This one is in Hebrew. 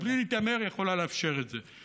בלי להתעמר, יכולה לאפשר את זה.